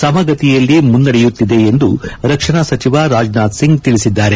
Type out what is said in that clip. ಸಮಗತಿಯಲ್ಲಿ ಮುನ್ನಡೆಯುತ್ತಿದೆ ಎಂದು ರಕ್ಷಣಾ ಸಚಿವ ರಾಜನಾಥ್ ಸಿಂಗ್ ತಿಳಿಸಿದ್ದಾರೆ